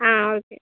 ஆ okay